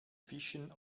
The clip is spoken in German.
fischen